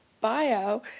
bio